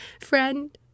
friend